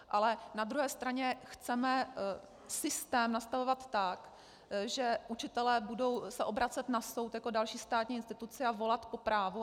Ale na druhé straně chceme systém nastavovat tak, že učitelé budou se obracet na soud jako další státní instituci a volat po právu?